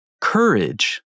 courage